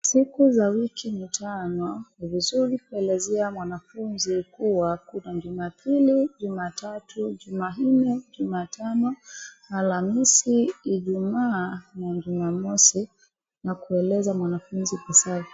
Siku za wiki ni tano. Ni vizuri kuelezea mwanafunzi kuwa kuna jumapili, jumatatu, jumanne, jumatano, alhamisi, ijumaa na jumamosi na kueleza mwanafunzi kuhesabu.